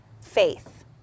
faith